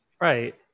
Right